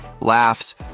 Laughs